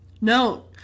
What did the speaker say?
No